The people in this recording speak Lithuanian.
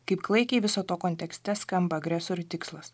kaip klaikiai viso to kontekste skamba agresorių tikslas